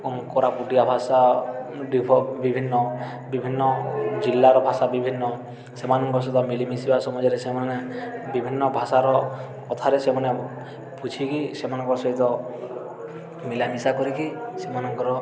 କୋରାପୁଟିଆ ଭାଷା ବିଭିନ୍ନ ବିଭିନ୍ନ ଜିଲ୍ଲାର ଭାଷା ବିଭିନ୍ନ ସେମାନଙ୍କ ସହିତ ମିଳିମିଶିବା ସମୟରେ ସେମାନେ ବିଭିନ୍ନ ଭାଷାର କଥାରେ ସେମାନେ ବୁଝିକି ସେମାନଙ୍କ ସହିତ ମିଳାମିଶା କରିକି ସେମାନଙ୍କର